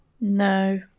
no